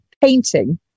painting